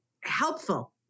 helpful